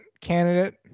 candidate